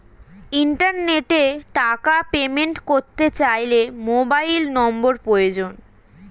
ইন্টারনেটে টাকা পেমেন্ট করতে চাইলে মোবাইল নম্বর প্রয়োজন